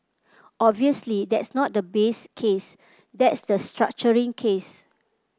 obviously that's not the base case that's the structuring case